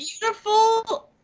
beautiful